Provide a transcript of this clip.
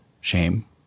shame